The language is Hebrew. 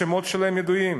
השמות שלהם ידועים.